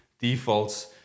defaults